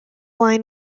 line